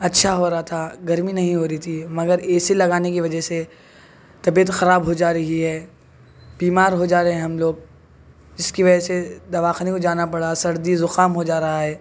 اچھا ہو رہا تھا گرمی نہیں ہو رہی تھی مگر اے سی لگانے کی وجہ سے طبعیت خراب ہو جا رہی ہے بیمار ہو جا رہے ہیں ہم لوگ جس کی وجہ سے دواخانے کو جانا پڑا سردی زکام ہو جا رہا ہے